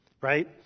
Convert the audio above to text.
Right